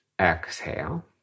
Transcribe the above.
exhale